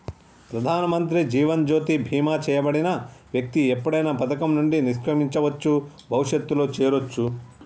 ప్రధానమంత్రి జీవన్ జ్యోతి బీమా చేయబడిన వ్యక్తి ఎప్పుడైనా పథకం నుండి నిష్క్రమించవచ్చు, భవిష్యత్తులో చేరొచ్చు